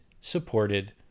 supported